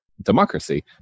democracy